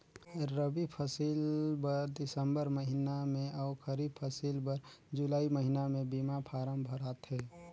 रबी फसिल बर दिसंबर महिना में अउ खरीब फसिल बर जुलाई महिना में बीमा फारम भराथे